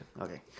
Okay